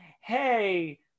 hey